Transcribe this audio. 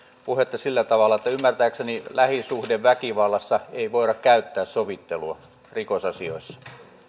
puhetta sillä tavalla että ymmärtääkseni lähisuhdeväkivallassa ei voida käyttää sovittelua rikosasioissa